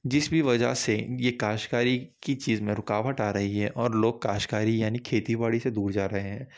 جس بھی وجہ سے یہ کاشتکاری کی چیز میں رکاوٹ آ رہی ہے اور لوگ کاشتکاری یعنی کھیتی باڑی سے دور جا رہے ہیں